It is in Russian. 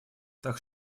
так